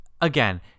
Again